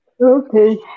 Okay